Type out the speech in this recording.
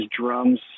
drums